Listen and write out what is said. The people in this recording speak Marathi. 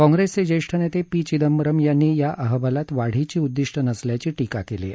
काँग्रेसचे ज्येष्ठ नेते पी चिदंबरम यांनी या अहवालात वाढीची उद्दिष्ट नसल्याची टीका केली आहे